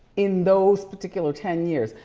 in those particular ten years.